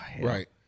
Right